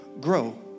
grow